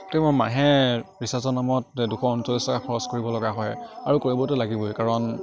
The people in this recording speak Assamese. এইটো মই মাহে ৰিচাৰ্জৰ নামত দুশ ঊনচল্লিছ টকা খৰচ কৰিবলগা হয় আৰু কৰিবতো লাগিবই কাৰণ